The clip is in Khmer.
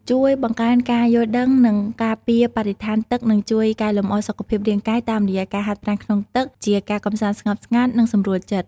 ជួយបង្កើនការយល់ដឹង និងការពារបរិស្ថានទឹកនិងជួយកែលម្អសុខភាពរាងកាយ តាមរយៈការហាត់ប្រាណក្នុងទឹក ជាការកម្សាន្តស្ងប់ស្ងាត់ និងសម្រួលចិត្ត។